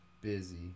busy